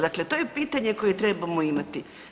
Dakle, to je pitanje koje trebamo imati.